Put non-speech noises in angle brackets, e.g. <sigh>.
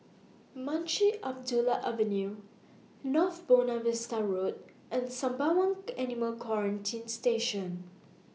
Munshi Abdullah Avenue North Buona Vista Road and Sembawang <unintelligible> Animal Quarantine Station